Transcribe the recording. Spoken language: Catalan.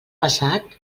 passat